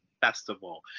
festival